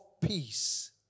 peace